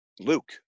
Luke